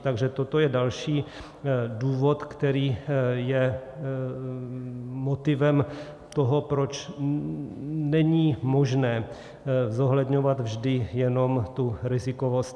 Takže toto je další důvod, který je motivem toho, proč není možné zohledňovat vždy jenom tu rizikovost.